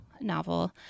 novel